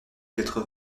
quatre